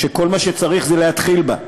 שכל מה שצריך זה להתחיל בה.